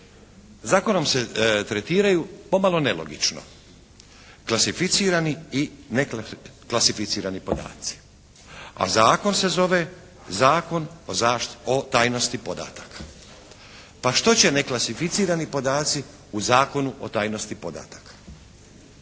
Zakonom se tretiraju pomalo nelogično klasificirani i neklasificirani podaci, a zakon se zove Zakon o tajnosti podataka. Pa što će neklasificirani podaci u Zakonu o tajnosti podataka